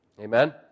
Amen